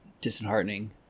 disheartening